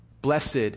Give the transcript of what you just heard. blessed